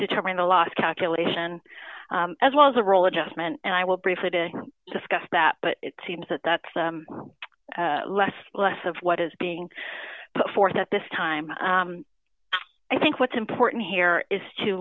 determined a loss calculation as well as a roll adjustment and i will briefly to discuss that but it seems that that's less less of what is being put forth at this time i think what's important here is to